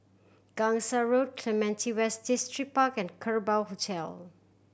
Gangsa Road Clementi West Distripark and Kerbau Hotel